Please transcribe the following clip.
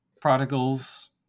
Prodigals